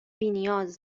بینیاز